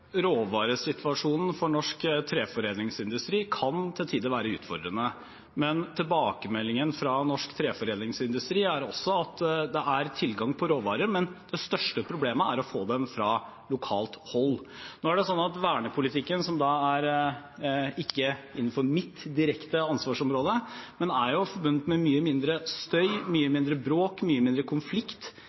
Råvaresituasjonen for norsk treforedlingsindustri kan til tider være utfordrende, men tilbakemeldingen fra norsk treforedlingsindustri er også at det er tilgang på råvarer, men det største problemet er å få dem fra lokalt hold. Nå er det sånn at vernepolitikken – som ikke er innenfor mitt direkte ansvarsområde – er forbundet med mye mindre støy, mye mindre bråk, mye mindre konflikt